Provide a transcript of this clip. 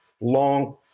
long